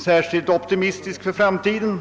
särskilt optimistisk för framtiden.